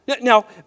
Now